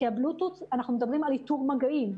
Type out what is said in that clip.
כי אנחנו מדברים על איתור מגעים,